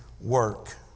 work